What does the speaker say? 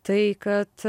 tai kad